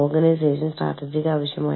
അതിനിടയിൽ വിസയുടെ കാലാവധി അവസാനിക്കുന്നു